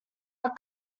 are